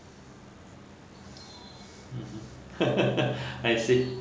mmhmm I see